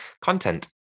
content